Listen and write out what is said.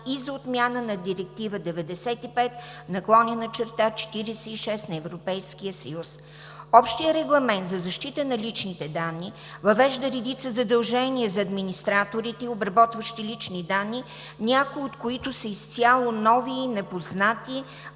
и за отмяна на Директива 95/46/ЕО. Общият регламент за защита на личните данни въвежда редица задължения за администраторите и обработващите лични данни, някои от които са изцяло нови и непознати